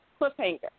cliffhanger